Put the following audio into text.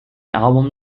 album